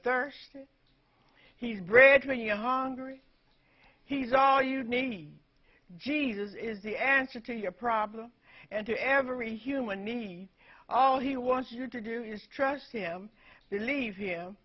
thirsty he's bread when you're hungry he's all you need jesus is the answer to your problem and to every human need all he wants you to do is trust him believe him